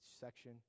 section